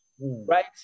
right